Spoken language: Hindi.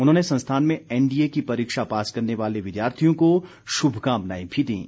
उन्होंने संस्थान में एनडीए की परीक्षा पास करने वाले विद्यार्थियों को शुभकामनाएं भी दीं